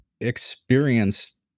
experienced